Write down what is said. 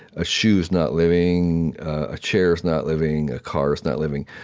a shoe is not living. a chair is not living. a car is not living.